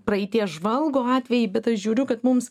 praeities žvalgo atvejį bet aš žiūriu kad mums